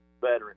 veteran